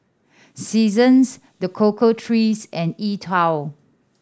Seasons The Cocoa Trees and E Twow